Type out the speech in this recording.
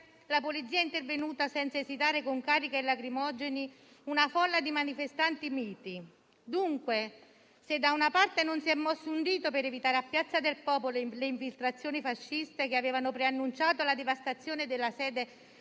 la polizia è intervenuta senza esitare con cariche e lacrimogeni su una folla di manifestanti miti. Dunque, se da una parte non si è mosso un dito per evitare a Piazza del Popolo le infiltrazioni fasciste che avevano preannunciato la devastazione della sede